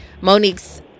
Monique's